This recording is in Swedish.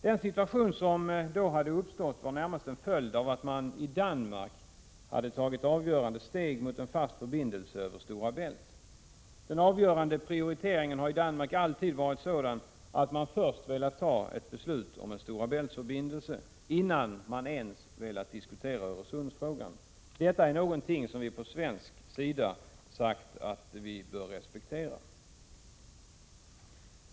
Den situation som hade uppstått var närmast en följd av att man i Danmark hade tagit avgörande steg mot en fast förbindelse över Stora Bält. Den avgörande prioriteringen har i Danmark alltid varit sådan att man först velat ta beslut om en förbindelse över Stora Bält, innan man ens velat diskutera Öresundsfrågan. Detta är något som vi på svensk sida sagt att vi bör respektera.